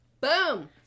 Boom